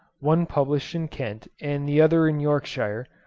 one published in kent and the other in yorkshire,